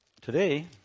today